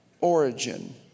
origin